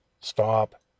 stop